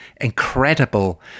incredible